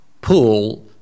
pull